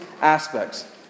aspects